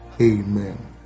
amen